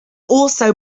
also